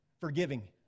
forgiving